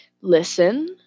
listen